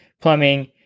plumbing